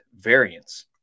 variance